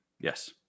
Yes